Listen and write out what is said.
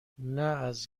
نه، از